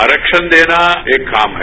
आरक्षण देना एक काम है